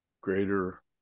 greater